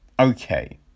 Okay